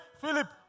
Philip